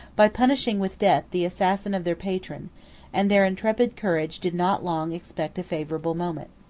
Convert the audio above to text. by punishing with death the assassin of their patron and their intrepid courage did not long expect a favorable moment.